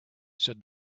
said